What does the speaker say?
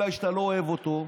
כנראה, אולי אתה לא אוהב אותו.